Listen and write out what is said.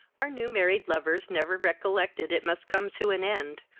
our new married lovers never recollected it must come to an end,